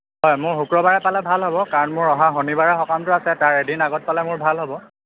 হয় মোৰ শুক্ৰবাৰে পালে ভাল হ'ব কাৰণ মোৰ অহা শনিবাৰে সকামটো আছে তাৰ এদিন আগত পালে মোৰ ভাল হ'ব